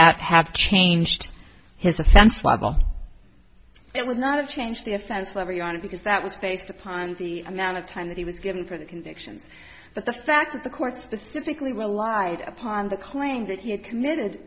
that have changed his offense wobble it would not have changed the offense level unit because that was based upon the amount of time that he was given for the convictions but the fact that the court specifically relied upon the claim that he had committed